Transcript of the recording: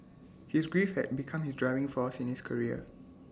his grief had become his driving force in his career